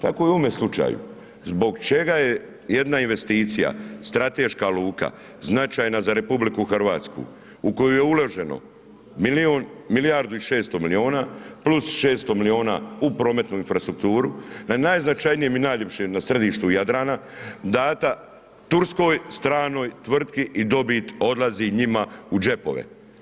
Tako je i u ovome slučaju, zbog čega je jedna investicija, strateška luka, značajna za RH u koju je uloženo milijardu i 600 milijuna + 600 milijuna u prometnu infrastrukturu na najznačajnijem i najljepšem, na središtu Jadrana data turskoj stranoj tvrtki i dobit odlazi njima u džepove.